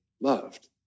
loved